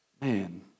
man